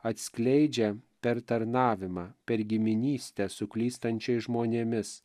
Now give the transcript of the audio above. atskleidžia per tarnavimą per giminystę su klystančiais žmonėmis